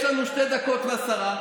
יש לנו שתי דקות ועשרה,